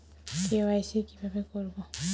KYC কিভাবে করব?